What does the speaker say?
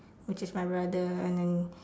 which is my brother and then